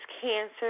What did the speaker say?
cancer